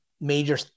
major